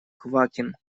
квакин